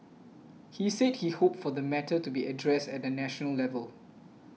he said he hoped for the matter to be addressed at a national level